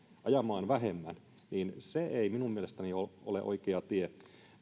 ajamaan vähemmän ei minun mielestäni ole ole oikea tie